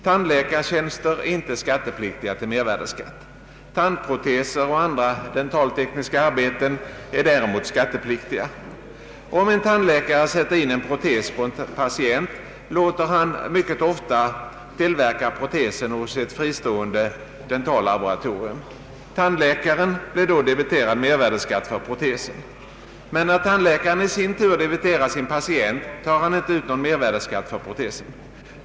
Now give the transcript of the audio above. Tandläkartjänster är inte skattepliktiga till mervärdeskatt. Tandproteser och andra dentaltekniska arbeten är däremot skattepliktiga. Om en tandläkare sätter in en protes på en patient, låter han mycket ofta tillverka protesen hos ett fristående dentallaboratorium. Tandläkaren blir då debiterad mervärdeskatt, men när tandläkaren i sin tur debiterar sin patient, tar han inte ut någon mervärdeskatt för protesen.